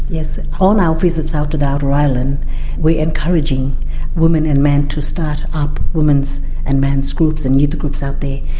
yes, all our visits out to the outer islands we're encouraging women and man to start up woman's and man's groups and youth groups out there.